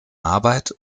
arbeit